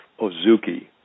Ozuki